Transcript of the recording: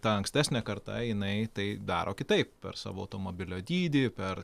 ta ankstesnė karta jinai tai daro kitaip per savo automobilio dydį per